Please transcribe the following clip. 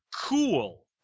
cool